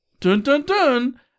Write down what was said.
Dun-dun-dun